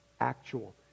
actual